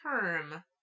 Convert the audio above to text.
term